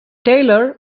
taylor